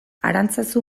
arantzazu